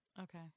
Okay